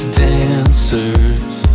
dancers